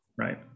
Right